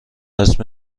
اسم